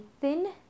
thin